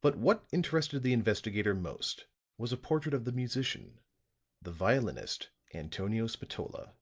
but what interested the investigator most was a portrait of the musician the violinist, antonio spatola,